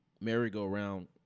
merry-go-round